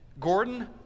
Gordon